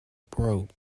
broke